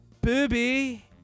booby